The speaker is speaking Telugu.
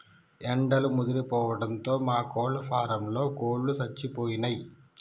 ఎండలు ముదిరిపోవడంతో మా కోళ్ళ ఫారంలో కోళ్ళు సచ్చిపోయినయ్